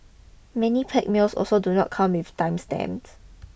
many packed meals also do not come with time stamps